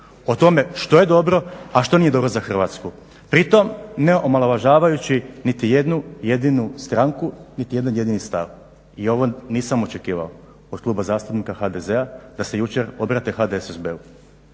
o tome što je dobro a što nije dobro za Hrvatsku, pri tom ne omalovažavajući niti jednu jedinu stranku, niti jedan jedini stav. I ovo nisam očekivao od Kluba zastupnika HDZ-a da se jučer obrate HDSSB-u.